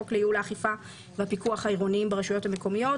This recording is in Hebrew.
חוק לייעול האכיפה והפיקוח העירוניים ברשויות המקומיים,